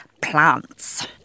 plants